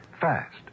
fast